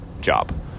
job